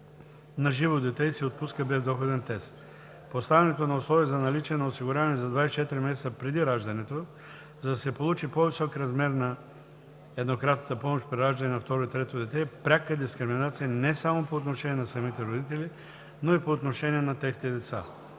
на живо дете и се отпуска без доходен тест. Поставянето на условие за наличие на осигуряване за 24 месеца преди раждането, за да се получи по-висок размер на еднократната помощ при раждане на второ и трето дете, е пряка дискриминация не само по отношение на самите родители, но и по отношение на техните деца.